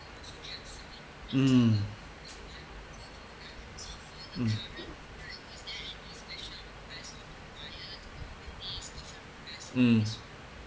mm mm mm